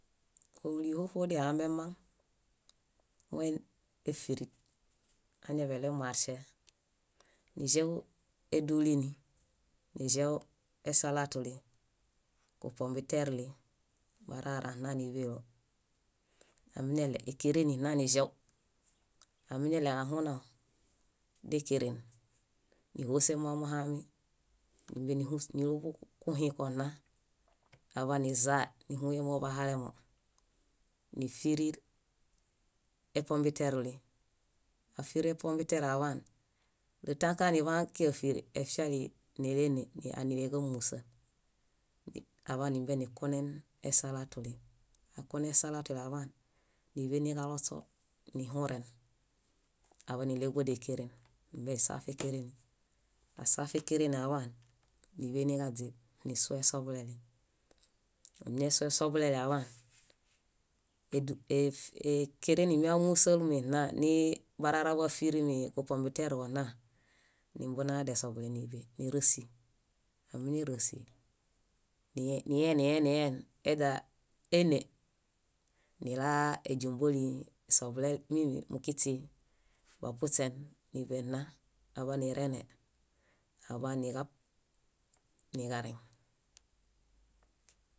. Óliho fodihamemaŋ moini efirit. amiñaḃailew marŝe niĵew édulini, neĵew esalatuli, kupombiteruli, barara nna níḃelo. Amnelew ékereni nna niĵew. Amiñaɭew ahuneu, dékeren níhosen mma muhami nímbenihus niluḃũ kuhĩko nna aḃaniźae níhuyen mobahalemo, nífirir epombiteruli, áfirir epombiteruli aḃaan letãkaniḃakiġafiri efiali nélene nianileġamusa, aḃanimbenikunen esalatuli, akune esalatuli aḃaan níḃeniġaloŝo nihuren, aḃaan níɭeġu bódekeren. Nímbe saf ékereni, asaf ékereni aḃaan níḃe niġaźib, nissu esoḃuleti. Amiñasu esoḃuleti aḃaan édu- é- ékereni míamusalmi nna nii bararaḃo áfirimi, kupombiteruġo nna, nímbuna desoḃule níḃe nírosi. Ámiñarosi nien, nien, nien eźa éne nilaa éźumboli, eso- mimi mukiśi, bapuśen níḃe nna. Aḃanirene, aḃaniġab niġareŋ